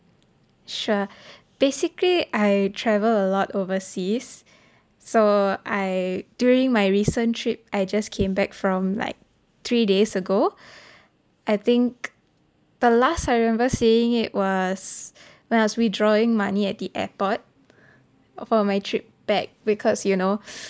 sure basically I travel a lot oversea so I during my recent trip I just came back from like three days ago I think the last I remember seeing it was when I was withdrawing money at the airport for my trip back because you know